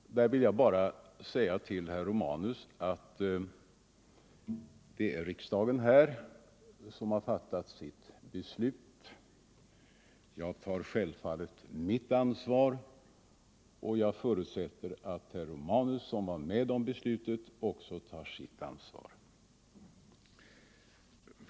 Därvidlag vill jag bara säga till herr Romanus att det är riksdagen som har fattat sitt beslut. Jag tar självfallet mitt ansvar, och jag förutsätter att herr Romanus, som var med om beslutet, också tar sitt ansvar.